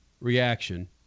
reaction